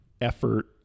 effort